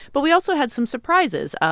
but we also had some surprises.